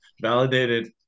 validated